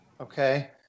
Okay